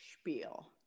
spiel